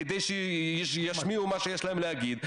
כדי שישמיעו מה שיש להם להגיד,